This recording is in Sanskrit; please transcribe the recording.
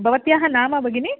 भवत्याः नाम भगिनि